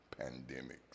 pandemics